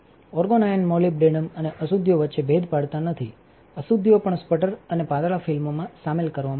argon ion molybdenum અને અશુદ્ધિઓ વચ્ચે ભેદ પાડતા નથીઅશુદ્ધિઓ પણ સ્પટટર અને પાતળા ફિલ્મમાં શામેલ કરવામાં આવશે